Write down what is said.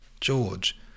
George